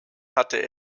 hatte